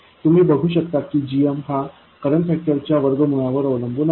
तुम्ही बघू शकता की gm हा करंट फॅक्टर च्या वर्ग मुळावर अवलंबून आहे